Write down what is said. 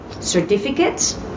certificates